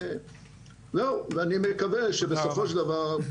אני מקווה שבסופו של דבר,